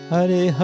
Hare